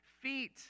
feet